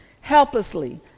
helplessly